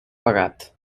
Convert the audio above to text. pagat